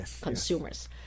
consumers